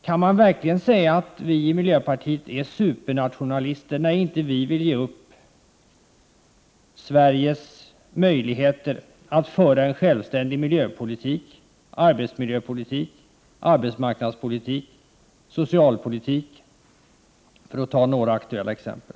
Kan man verkligen säga att vi i miljöpartiet är supernationalister bara därför att vi inte vill ge upp Sveriges möjligheter att föra en självständig miljöpolitik, arbetsmiljöpolitik, arbetsmarknadspolitik och socialpolitik, för att ta några aktuella exempel?